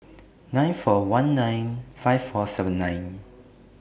nine four one nine five four seven nine